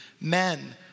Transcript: Men